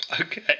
Okay